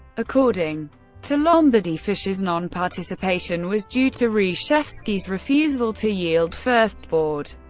according to lombardy, fischer's non-participation was due to reshevsky's refusal to yield first board.